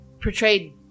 portrayed